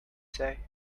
say